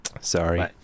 Sorry